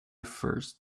first